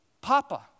papa